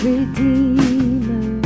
Redeemer